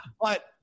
But-